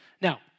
Now